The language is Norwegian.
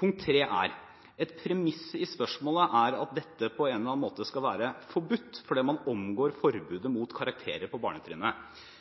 Punkt tre: Et premiss i spørsmålet er at dette på en eller annen måte skal være forbudt fordi man omgår forbudet mot karakterer på barnetrinnet.